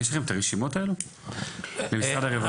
יש לכם את הרשימות האלו במשרד הרווחה?